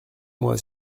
moi